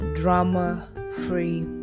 drama-free